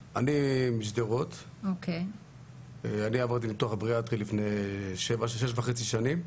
משדרות, ועברתי ניתוח בריאטרי לפני שש שנים וחצי.